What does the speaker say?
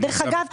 דרך אגב,